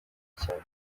cyane